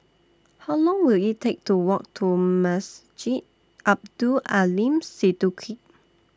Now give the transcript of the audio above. How Long Will IT Take to Walk to Masjid Abdul Aleem Siddique